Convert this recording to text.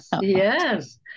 Yes